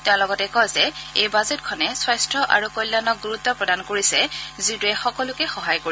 তেওঁ কয় যে এই বাজেটখনে স্বাস্থ্য আৰু কল্যাণক ণ্ডৰুত্ প্ৰদান কৰিছে যিটোৱে সকলোকে সহায় কৰিব